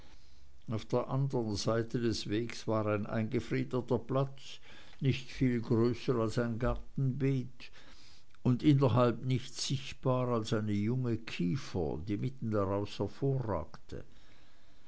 auf der anderen seite des weges war ein eingefriedeter platz nicht viel größer als ein gartenbeet und innerhalb nichts sichtbar als eine junge kiefer die mitten daraus hervorragte